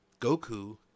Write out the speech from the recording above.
Goku